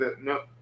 no